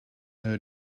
her